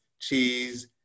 cheese